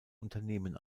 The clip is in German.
unternehmen